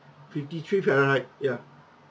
fifty-three fahrenheit ya